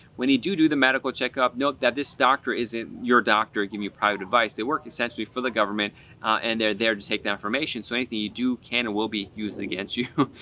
when you do do the medical checkup, note that this doctor isn't your doctor giving you private advice. they work essentially for the government and they're there to take that information. so anything you do can and will be used against you,